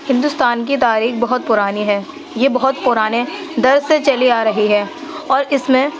ہندوستان کی تاریخ بہت پُرانی ہے یہ بہت پُرانے دور سے چلی آرہی ہے اور اِس میں